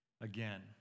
again